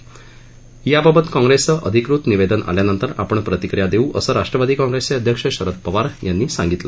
तर याबाबत काँग्रसचे अधिकृत निवेदन आल्यानंतर आपण प्रतिक्रिया देऊ असं राष्ट्रवादी काँग्रेसचे अध्यक्ष शरद पवार यांनी सांगितलं